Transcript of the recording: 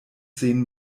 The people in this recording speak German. zehn